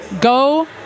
go